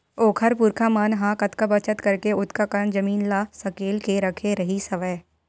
ओखर पुरखा मन ह कतका बचत करके ओतका कन जमीन ल सकेल के रखे रिहिस हवय